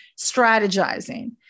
strategizing